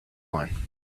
one